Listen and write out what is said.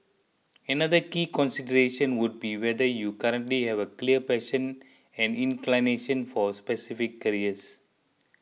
another key consideration would be whether you currently have a clear passion and inclination for specific careers